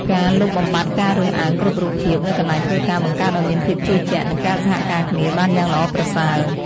ការលុបបំបាត់ការរើសអើងគ្រប់រូបភាពនៅកន្លែងធ្វើការបង្កើតឱ្យមានភាពជឿជាក់ និងការសហការគ្នាបានយ៉ាងល្អប្រសើរ។